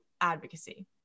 advocacy